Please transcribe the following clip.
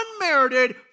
unmerited